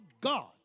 God